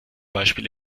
beispiel